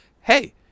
hey